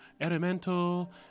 elemental